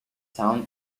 town